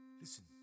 Listen